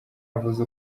avuze